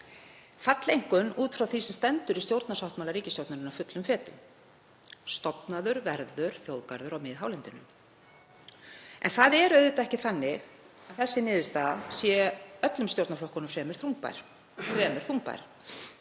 falleinkunn út frá því sem stendur í stjórnarsáttmála ríkisstjórnarinnar fullum fetum: Stofnaður verður þjóðgarður á miðhálendinu. En það er auðvitað ekki þannig að þessi niðurstaða sé öllum stjórnarflokkunum þremur þungbær.